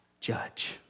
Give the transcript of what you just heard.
judge